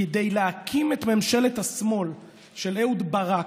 כדי להקים את ממשלת השמאל של אהוד ברק.